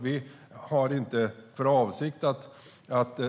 Vi har inte för avsikt att